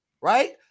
right